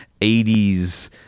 80s